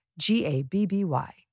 G-A-B-B-Y